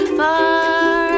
far